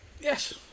Yes